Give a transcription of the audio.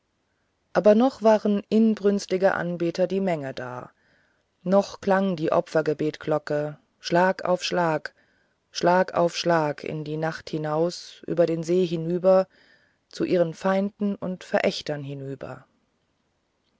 aber noch waren inbrünstige anbeter die menge da noch klang die opfergebetglocke schlag auf schlag schlag auf schlag in die nacht hinaus über den see hinüber zu ihren feinden und verächtern hinüber